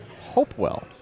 Hopewell